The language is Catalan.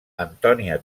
antònia